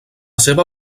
seva